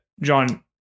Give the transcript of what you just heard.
John